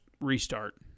restart